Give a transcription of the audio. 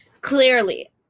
Clearly